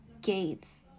Gates